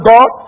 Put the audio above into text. God